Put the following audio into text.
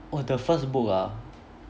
oh the first book ah